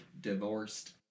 Divorced